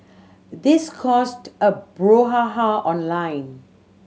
this caused a brouhaha online